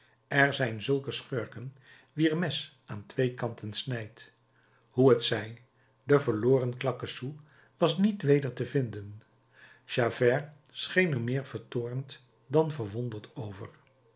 er zijn zulke schurken wier mes aan twee kanten snijdt hoe het zij de verloren claquesous was niet weder te vinden javert scheen er meer vertoornd dan verwonderd over